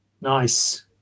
Nice